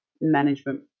management